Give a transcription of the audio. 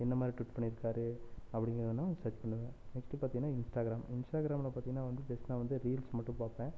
என்ன மாதிரி ட்விட் பண்ணியிருக்காரு அப்படிங்கிறத நான் சர்ச் பண்ணுவேன் நெக்ஸ்ட் பார்த்திங்கன்னா இன்ஸ்டாகிராம் இன்ஸ்டாகிராமில் பார்த்திங்கன்னா வந்து ஜஸ்ட் நான் வந்து ரீல்ஸ் மட்டும் பார்ப்பேன்